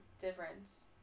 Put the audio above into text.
difference